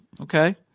okay